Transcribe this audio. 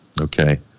Okay